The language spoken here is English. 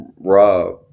rob